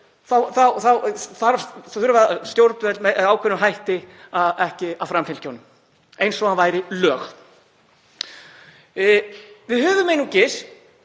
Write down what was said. þurfi stjórnvöld með ákveðnum hætti ekki að framfylgja honum eins og hann væri lög. Við höfum einungis